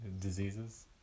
diseases